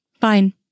Fine